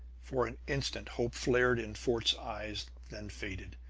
for an instant hope flared in fort's eyes, then faded,